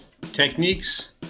techniques